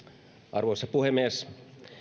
arvoisa puhemies